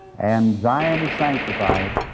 and zion is sanctified,